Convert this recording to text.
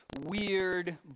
weird